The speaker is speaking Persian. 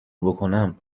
بکنم